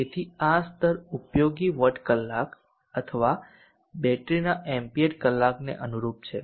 તેથી આ સ્તર ઉપયોગી વોટ કલાક અથવા બેટરીના એમ્પીયર કલાક ને અનુરૂપ છે